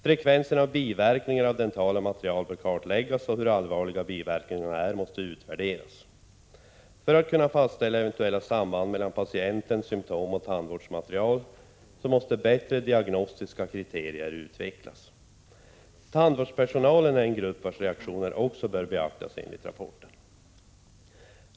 — Frekvensen av biverkningar av dentala material bör kartläggas, och hur allvarliga biverkningarna är måste utvärderas. — För att kunna fastställa eventuella samband mellan patienten, symptom och tandvårdsmaterial måste bättre diagnostiska kriterier utvecklas. — Tandvårdspersonalen är en grupp vars reaktioner också bör beaktas, enligt rapporten.